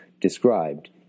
described